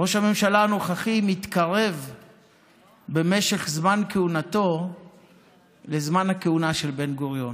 ראש הממשלה הנוכחי מתקרב במשך זמן כהונתו לזמן הכהונה של בן-גוריון.